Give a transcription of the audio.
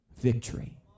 victory